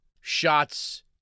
shots